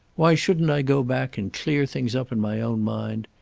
why shouldn't i go back and clear things up in my own mind?